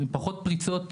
פחות פריצות,